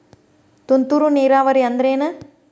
ತುಂತುರು ನೇರಾವರಿ ಅಂದ್ರ ಏನ್?